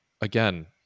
again